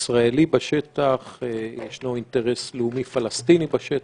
הישראלי יש אינטרס לאומי פלסטיני בשטח,